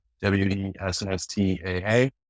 W-E-S-S-T-A-A